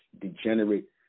degenerate